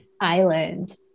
island